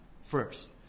first